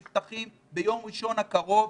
נפתחים ביום ראשון הקרוב,